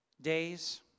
days